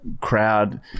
crowd